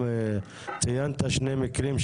קצת להרגשת עליונות,